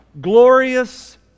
glorious